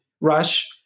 Rush